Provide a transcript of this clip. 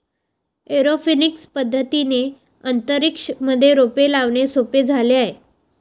aeroponics पद्धतीने अंतरिक्ष मध्ये रोपे लावणे सोपे झाले आहे